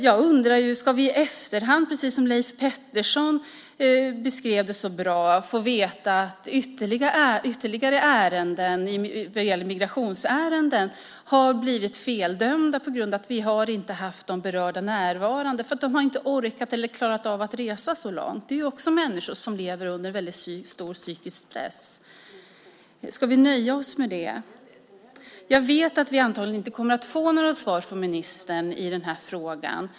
Jag undrar om vi, precis som Leif Pettersson beskrev det så bra, i efterhand ska få veta att ytterligare migrationsärenden har blivit feldömda på grund av att man inte har haft de berörda närvarande, därför att de inte har orkat eller klarat av att resa så långt. Det är ju också människor som lever under väldigt stark psykisk press. Ska vi nöja oss med det? Vi kommer antagligen inte att få några svar från ministern i den här frågan.